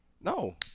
no